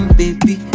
baby